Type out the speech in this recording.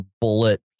bullet